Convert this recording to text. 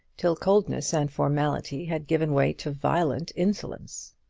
till coldness and formality had given way to violent insolence.